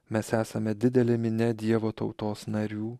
mes esame didelė minia dievo tautos narių